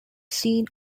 scene